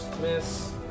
miss